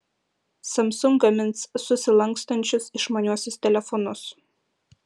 samsung gamins susilankstančius išmaniuosius telefonus